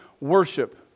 worship